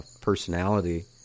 personality